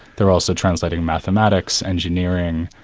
they're also translating mathematics, engineering,